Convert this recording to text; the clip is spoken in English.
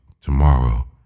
tomorrow